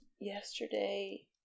yesterday